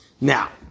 Now